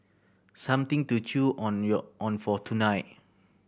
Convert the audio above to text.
something to chew on on for tonight